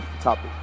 topic